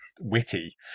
witty